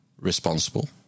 responsible